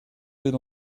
bet